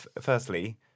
Firstly